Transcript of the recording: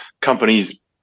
companies